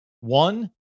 One